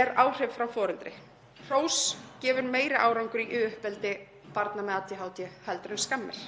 er áhrif frá foreldri. Hrós gefur meiri árangur í uppeldi en skammir.